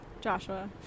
Joshua